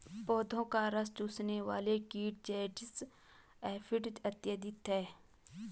पौधों का रस चूसने वाले कीट जैसिड, एफिड इत्यादि हैं